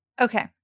okay